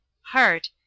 heart